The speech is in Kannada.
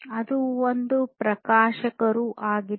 ಅದು ಒಂದು ಪ್ರಕಾಶಕರು ಆಗಿದೆ